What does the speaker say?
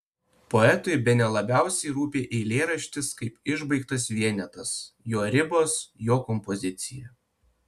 poetui bene labiausiai rūpi eilėraštis kaip išbaigtas vienetas jo ribos jo kompozicija